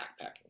backpacking